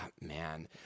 man